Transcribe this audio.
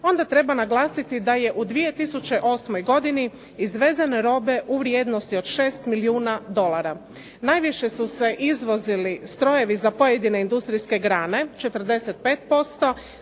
onda treba naglasiti da je u 2008. godini izvezene robe u vrijednosti od 6 milijuna dolara, najviše su se izvozili strojevi za pojedine industrijske grane 45%,